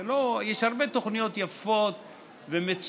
זה לא, יש הרבה תוכניות יפות ומצוינות,